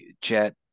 chat